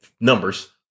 Numbers